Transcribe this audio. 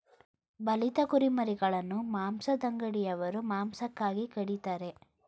ಬಲಿತ ಕುರಿಮರಿಗಳನ್ನು ಮಾಂಸದಂಗಡಿಯವರು ಮಾಂಸಕ್ಕಾಗಿ ಕಡಿತರೆ